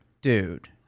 dude